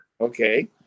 Okay